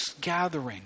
gathering